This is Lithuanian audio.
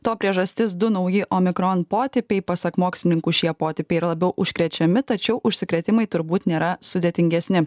to priežastis du nauji omikron potipiai pasak mokslininkų šie potipiai yra labiau užkrečiami tačiau užsikrėtimai turbūt nėra sudėtingesni